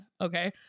okay